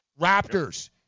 Raptors